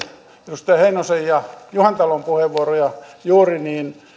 edustaja heinosen ja edustaja juhantalon puheenvuoroja juuri niin